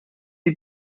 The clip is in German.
die